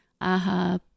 AHA